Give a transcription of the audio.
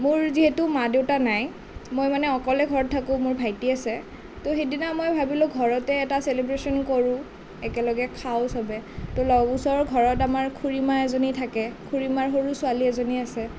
মোৰ যিহেতু মা দেউতা নাই মই মানে অকলে ঘৰত থাকোঁ মোৰ ভাইটি আছে তো সেইদিনা মই ভাবিলোঁ ঘৰতে এটা ছেলিব্ৰেচন কৰোঁ একলগে খাওঁ চবে তো লগ ওচৰৰ ঘৰত আমাৰ খুড়ীমা এজনী থাকে খুড়ীমাৰ সৰু ছোৱালী এজনী আছে